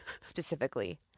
specifically